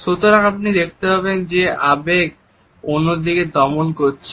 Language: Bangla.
সুতরাং আপনি দেখতে পাবেন যে একটি আবেগ অন্যটিকে দমন করছে